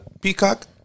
peacock